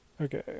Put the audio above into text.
Okay